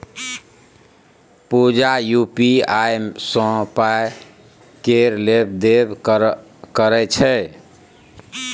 पुजा UPI सँ पाइ केर लेब देब करय छै